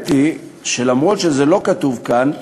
האמת היא שלמרות שזה לא כתוב כאן,